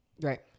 right